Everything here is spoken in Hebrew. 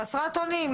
חסרת אונים.